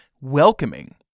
welcoming